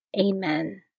Amen